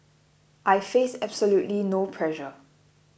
I face absolutely no pressure